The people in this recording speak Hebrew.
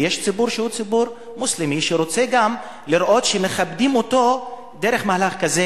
ויש ציבור מוסלמי שרוצה לראות שמכבדים אותו דרך מהלך כזה,